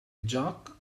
joc